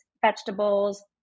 vegetables